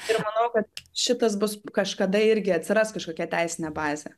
ir manau kad šitas bus kažkada irgi atsiras kažkokia teisinė bazė